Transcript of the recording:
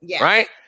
right